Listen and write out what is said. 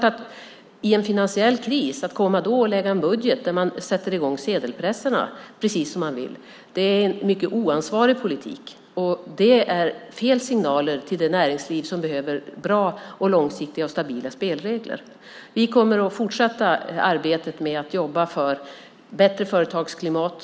Att i en finansiell kris lägga fram en budget som innebär att man sätter i gång sedelpressarna precis som man vill är en mycket oansvarig politik. Det ger fel signaler till det näringsliv som behöver bra, långsiktiga och stabila spelregler. Vi kommer att fortsätta att jobba för ett bättre företagsklimat.